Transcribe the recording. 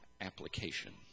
application